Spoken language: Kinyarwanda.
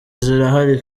zirahari